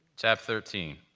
tab thirteen.